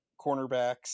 cornerbacks